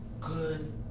good